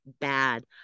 bad